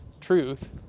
truth